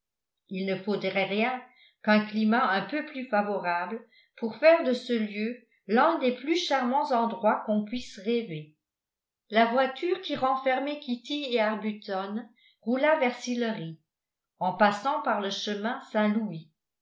il ne faudrait rien qu'un climat un peu plus favorable pour faire de ce lieu l'un des plus charmants endroits qu'on puisse rêver la voiture qui renfermait kitty et arbuton roula vers sillery en passant par le chemin saint-louis